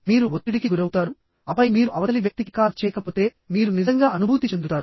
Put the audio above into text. మీరు ఒత్తిడికి గురవుతారు ఆపై మీరు అవతలి వ్యక్తికి కాల్ చేయకపోతే మీరు నిజంగా అనుభూతి చెందుతారు